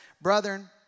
Brethren